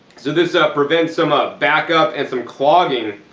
so this ah prevents some ah backup and some clogging.